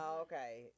okay